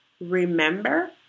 remember